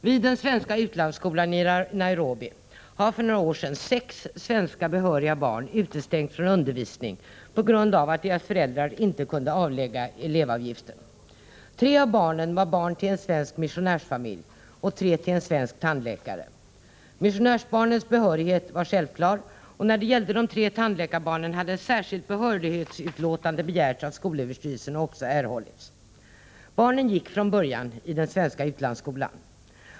Vid den svenska utlandsskolan i Nairobi har för några år sedan sex svenska behöriga barn utestängts från undervisningen på grund av att deras föräldrar inte kunde erlägga elevavgiften. Tre av barnen var barn till en svensk missionärsfamilj och tre till en svensk tandläkare. Missionärsbarnens behörighet var självklar, och när det gällde de tre tandläkarbarnen hade ett särskilt behörighetsutlåtande begärts och också erhållits av skolöverstyrelsen. Barnen gick från början i den svenska utlandsskolan.